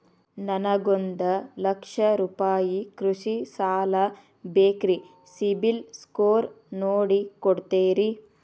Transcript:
ನನಗೊಂದ ಲಕ್ಷ ರೂಪಾಯಿ ಕೃಷಿ ಸಾಲ ಬೇಕ್ರಿ ಸಿಬಿಲ್ ಸ್ಕೋರ್ ನೋಡಿ ಕೊಡ್ತೇರಿ?